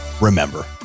Remember